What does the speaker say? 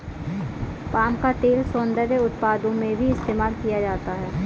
palm का तेल सौन्दर्य उत्पादों में भी इस्तेमाल किया जाता है